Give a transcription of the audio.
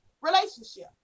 relationship